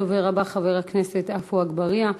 הדובר הבא, עפו אגבאריה.